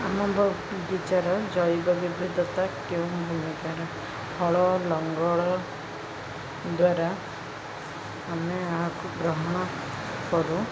ଆମ ବଗିଚାର ଜୈବ ବିବିଧତା କେଉଁ ଭୂମିକାର ହଳ ଲଙ୍ଗଳ ଦ୍ୱାରା ଆମେ ଏହାକୁ ଗ୍ରହଣ କରୁ